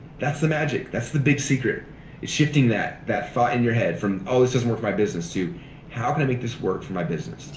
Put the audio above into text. that's the magic. that's the big secret is shifting that that thought in your head from oh this doesn't work for my business to how can i make this work for my business?